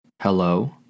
hello